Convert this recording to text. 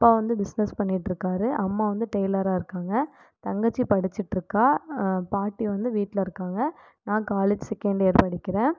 அப்பா வந்து பிஸ்னஸ் பண்ணிட்டுருக்காரு அம்மா வந்து டெய்லராக இருக்காங்க தங்கச்சி படிச்சிட்டுருக்கா பாட்டி வந்து வீட்டில் இருக்காங்க நான் காலேஜ் செக்கெண்ட் இயர் படிக்கிறேன்